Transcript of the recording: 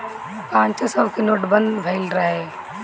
पांचो सौ के नोट बंद भएल रहल